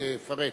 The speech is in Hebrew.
תפרט.